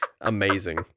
Amazing